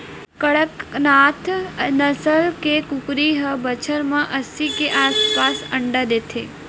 कड़कनाथ नसल के कुकरी ह बछर म अस्सी के आसपास अंडा देथे